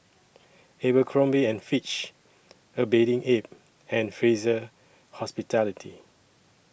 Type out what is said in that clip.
Abercrombie and Fitch A Bathing Ape and Fraser Hospitality